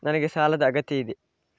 ನನಗೆ ಸಾಲದ ಅಗತ್ಯ ಇದೆ?